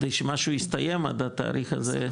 כדי שמשהו יסתיים עם התאריך הזה.